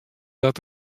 dat